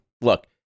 Look